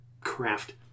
craft